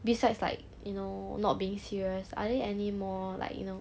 besides like you know not being serious are there any more like you know